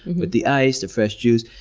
with the ice, the fresh juice.